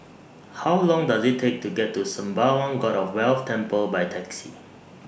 How Long Does IT Take to get to Sembawang God of Wealth Temple By Taxi